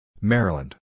Maryland